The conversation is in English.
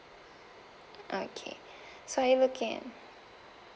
okay so are you looking at